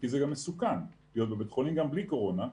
כי זה גם מסוכן להיות בבית חולים גם בלי קורונה.